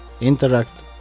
Interact